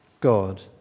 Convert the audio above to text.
God